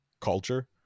culture